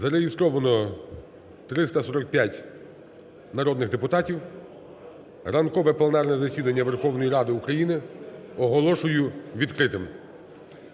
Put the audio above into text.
Зареєстровано 345 народних депутатів. Ранкове пленарне засідання Верховної Ради України оголошую відкритим.